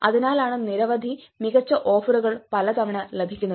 അതിനാലാണ് നിരവധി മികച്ച ഓഫറുകൾ പലതവണ ലഭിക്കുന്നത്